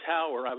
Tower